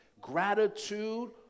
gratitude